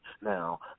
now